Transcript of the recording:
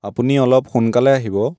আপুনি অলপ সোনকালে আহিব